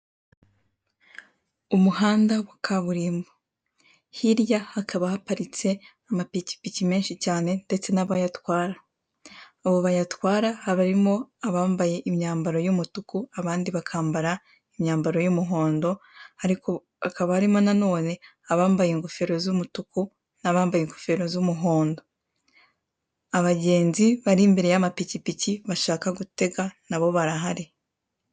Umuhanda wa kaburimbo. Hirya hakaba haparitse amapikipiki menshi cyane ndetse n'abayatwara. Abo bayatwara haba harimo abambaye imyambaro y'umutuku, abandi bakambara imyambaro y'umuhondo hakaba harimo nanone abambaye ingofero z'umutuku n'abambaye ingofero z'umuhondo. Abagenzi bari imbere y'amapikipiki bashaka gutega na bo barahari.